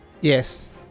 yes